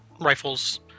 rifles